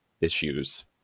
issues